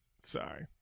sorry